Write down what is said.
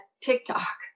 tiktok